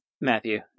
Matthew